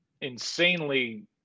insanely